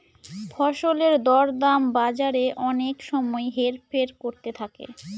ফসলের দর দাম বাজারে অনেক সময় হেরফের করতে থাকে